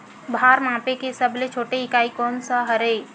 भार मापे के सबले छोटे इकाई कोन सा हरे?